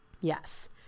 Yes